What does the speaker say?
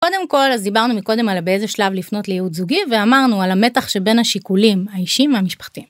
קודם כל אז דיברנו מקודם על באיזה שלב לפנות ליעוץ זוגי ואמרנו על המתח שבין השיקולים האישיים והמשפחתיים.